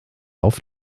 auf